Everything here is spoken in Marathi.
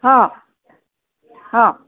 हां हां